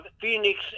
Phoenix